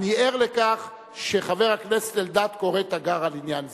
אני ער לכך שחבר הכנסת אלדד קורא תיגר על עניין זה.